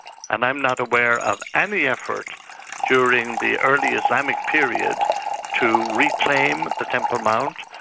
and i'm not aware of any effort during the early islamic period to reclaim the temple mount,